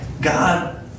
God